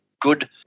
good